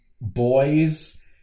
boys